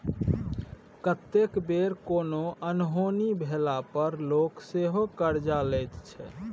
कतेक बेर कोनो अनहोनी भेला पर लोक सेहो करजा लैत छै